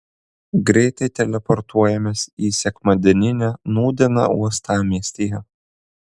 greitai teleportuojamės į sekmadieninę nūdieną uostamiestyje